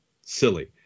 silly